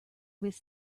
was